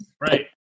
Right